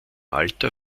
alter